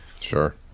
Sure